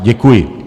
Děkuji.